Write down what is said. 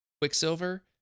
Quicksilver